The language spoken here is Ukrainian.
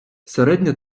середня